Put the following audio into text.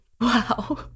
Wow